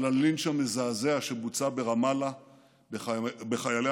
על הלינץ' המזעזע שבוצע ברמאללה בחיילי